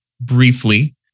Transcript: briefly